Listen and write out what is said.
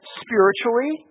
spiritually